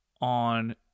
on